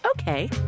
Okay